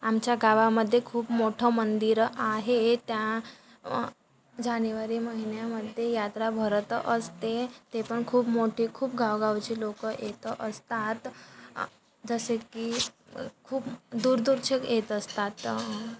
आमच्या गावामध्ये खूप मोठं मंदिरं आहे त्या जानेवारी महिन्यामध्ये यात्रा भरत असते ते पण खूप मोठी खूप गावगावचे लोकं येत असतात जसे की खूप दूरदूरचे येत असतात